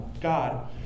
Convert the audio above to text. God